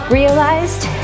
realized